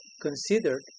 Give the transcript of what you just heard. considered